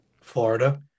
florida